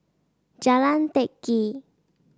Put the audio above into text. Jalan Teck Kee